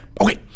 Okay